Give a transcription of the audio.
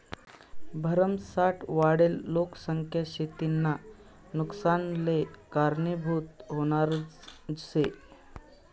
भरमसाठ वाढेल लोकसंख्या शेतीना नुकसानले कारनीभूत व्हनारज शे